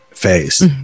phase